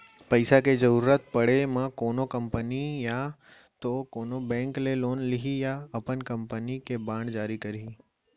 पइसा के जरुरत पड़े म कोनो कंपनी या तो कोनो बेंक ले लोन लिही या अपन कंपनी के बांड जारी करही